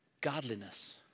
godliness